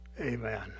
Amen